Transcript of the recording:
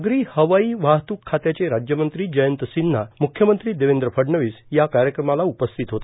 नागरी हवाई वाहत्क खात्याचे राज्यमंत्री जयंत सिन्हा मुख्यमंत्री देवेंद्र फडणवीस या कार्यक्रमाला उपस्थित होते